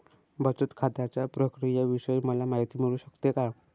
बचत खात्याच्या प्रक्रियेविषयी मला माहिती मिळू शकते का?